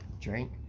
drink